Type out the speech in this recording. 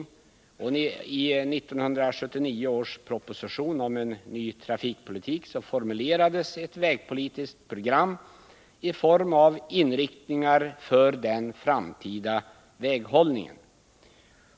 I 1979 års proposition om en ny trafikpolitik formulerades ett vägpolitiskt program i form av inriktningar för den framtida väghållningen.